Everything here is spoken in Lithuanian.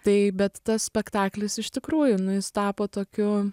tai bet tas spektaklis iš tikrųjų nu jis tapo tokiu